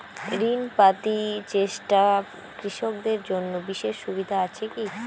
ঋণ পাতি চেষ্টা কৃষকদের জন্য বিশেষ সুবিধা আছি কি?